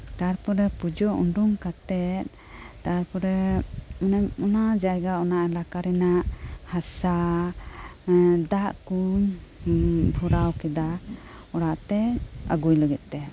ᱛᱟᱨᱯᱚᱨᱮ ᱯᱩᱡᱟᱹ ᱩᱰᱩᱝ ᱠᱟᱛᱮᱜ ᱛᱟᱨᱯᱚᱨᱮ ᱚᱱᱟ ᱡᱟᱭᱜᱟ ᱚᱱᱟ ᱮᱞᱟᱠᱟ ᱨᱮᱱᱟᱜ ᱦᱟᱥᱟ ᱫᱟᱜᱠᱩ ᱵᱷᱚᱨᱟᱣ ᱠᱮᱫᱟ ᱚᱲᱟᱜ ᱛᱮ ᱟᱹᱜᱩᱭ ᱞᱟᱹᱜᱤᱫ ᱛᱮ